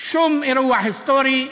שום אירוע היסטורי,